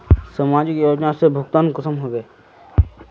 समाजिक योजना से भुगतान कुंसम होबे?